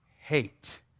hate